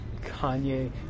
Kanye